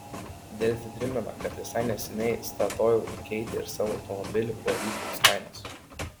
delfi primena kad visai neseniai statoil keitė ir savo automobilių plovyklos kainas